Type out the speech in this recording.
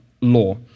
law